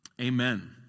Amen